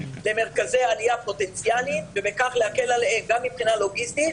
למרכזי עלייה פוטנציאליים ובכך להקל עליהם גם מבחינה לוגיסטית